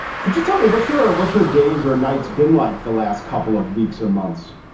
so just tell me, what's your what's your days or nights been like the last couple of weeks or months?